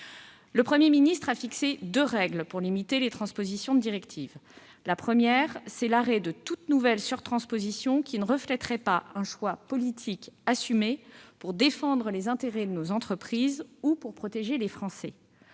Le Premier ministre a fixé deux règles pour limiter les transpositions de directives. La première est l'arrêt de toute nouvelle surtransposition qui ne refléterait pas un choix politique assumé pour défendre les intérêts de nos entreprises ou pour protéger les Français